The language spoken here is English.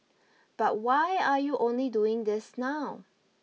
but why are you only doing this now